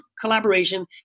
collaboration